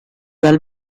dal